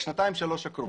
בשנתיים-שלוש הקרובות.